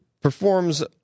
performs